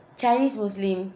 chinese muslim